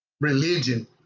religion